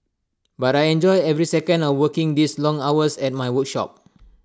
but I enjoy every second of working these long hours at my workshop